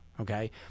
Okay